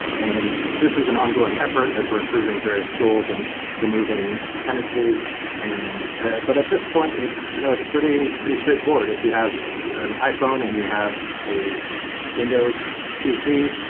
and this is an ongoing effort as we're improving various tools and removing dependencies. and but at this point, it's you know it's pretty pretty straightforward. if. if you have an iphone and you have a windows pc,